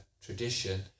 tradition